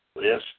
yes